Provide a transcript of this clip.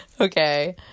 okay